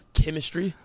chemistry